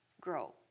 Grow